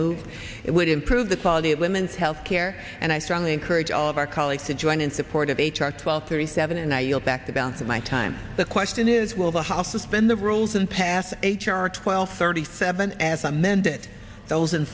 move it would improve the quality of women's health care and i strongly encourage all of our colleagues to join in support of h r twelve thirty seven and i yield back the balance of my time the question is will the house suspend the rule and pass h r twelve thirty seven as amended those in